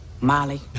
Molly